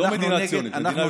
לא מדינה ציונית, מדינה יהודית.